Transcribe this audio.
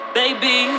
baby